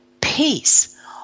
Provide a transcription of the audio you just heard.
peace